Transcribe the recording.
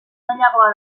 zailagoa